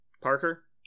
Parker